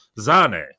Zane